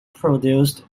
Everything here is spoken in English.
produced